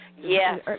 Yes